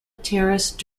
terrace